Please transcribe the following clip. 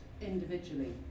individually